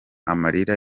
amarira